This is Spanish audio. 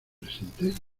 presentes